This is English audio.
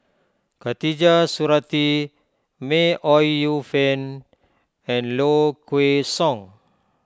Khatijah Surattee May Ooi Yu Fen and Low Kway Song